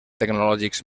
tecnològics